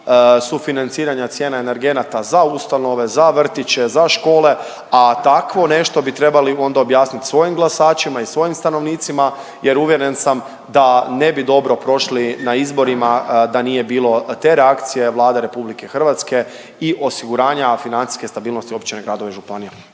sufinanciranja cijene energenata za ustanove, za vrtiće, za škole, a takvo nešto bi trebali onda objasnit svojim glasačima i svojim stanovnicima jer uvjeren sam da ne bi dobro prošli na izborima da nije bilo te reakcije Vlade RH i osiguranja financijske stabilnosti u općinama, gradovima i